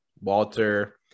Walter